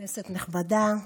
נכבדה,